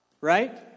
Right